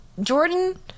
Jordan